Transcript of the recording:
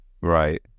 Right